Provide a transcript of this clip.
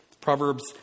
Proverbs